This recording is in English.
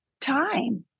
time